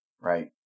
right